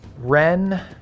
Ren